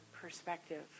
perspective